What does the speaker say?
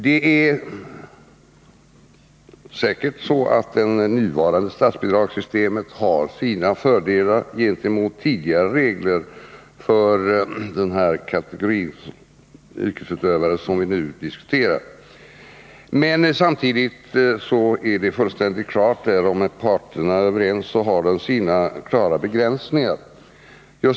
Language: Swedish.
Det är säkert så att det nuvarande statsbidragssystemet har sina fördelar gentemot tidigare regler för den kategori yrkesutövare som vi nu diskuterar. Samtidigt är det emellertid fullständigt klart att det, om parterna inte är överens, har sina begränsningar.